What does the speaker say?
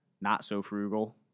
not-so-frugal